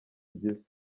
ugize